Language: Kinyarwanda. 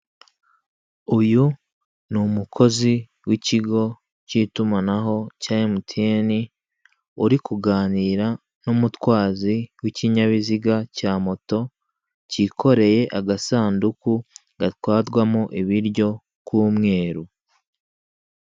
Uyu ni umukozi w'ikigo cy'itumanaho cya emutiyeni, uri kuganira n'umutwazi w'ikinyabiziga cya moto cyikoreya agasanduku gatwarwamo ibiryo k'umweru.